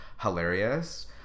hilarious